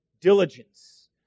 diligence